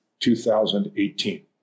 2018